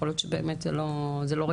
יכול להיות שזה באמת לא רלוונטי.